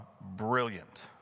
brilliant